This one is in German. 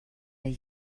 der